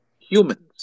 humans